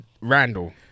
Randall